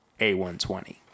A120